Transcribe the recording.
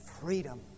freedom